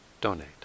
donate